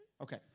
Okay